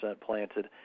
planted